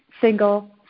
single